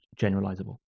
generalizable